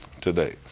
today